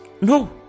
No